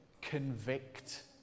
convict